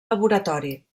laboratori